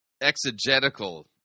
exegetical